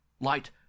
Light